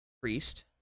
priest